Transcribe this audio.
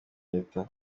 leta